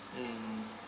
mm